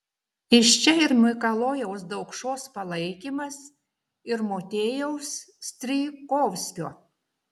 iš čia ir mikalojaus daukšos palaikymas ir motiejaus strijkovskio